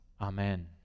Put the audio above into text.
Amen